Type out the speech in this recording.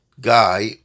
guy